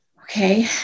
Okay